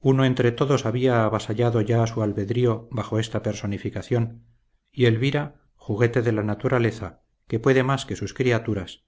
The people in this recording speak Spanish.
uno entre todos había avasallado ya su albedrío bajo esta personificación y elvira juguete de la naturaleza que puede más que sus criaturas